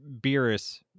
Beerus